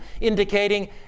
indicating